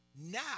now